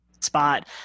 spot